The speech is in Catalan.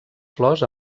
flors